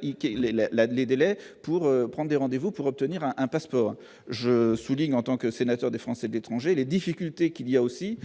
les délais pour prendre des rendez-vous pour obtenir un passeport, je souligne, en tant que sénateur des Français d'étrangers, les difficultés qu'il y a aussi,